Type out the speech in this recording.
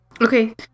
Okay